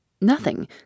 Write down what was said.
Nothing